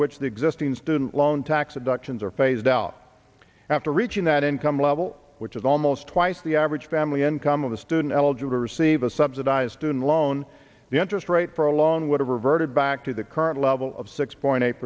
the existing student loan tax inductions are phased out after reaching that income level which is almost twice the average family income of the student eligible receive a subsidized student loan the interest rate for a loan would have reverted back to the current level of six point eight